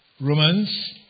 Romans